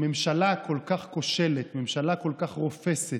ממשלה כל כך כושלת, ממשלה כל כך רופסת,